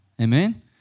amen